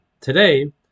Today